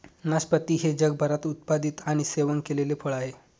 नाशपाती हे जगभरात उत्पादित आणि सेवन केलेले फळ आहे